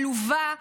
עלובה ומעליבה.